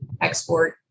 export